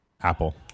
Apple